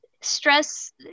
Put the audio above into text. stress